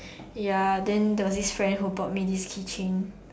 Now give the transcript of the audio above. ya then there was this friend who bought me this keychain